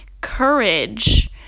courage